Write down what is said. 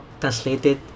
translated